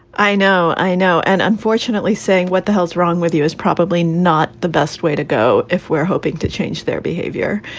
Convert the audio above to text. i know. i know. and unfortunately, saying what the hell's wrong with you is probably not the best way to go. if we're hoping to change their behavior,